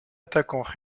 attaquant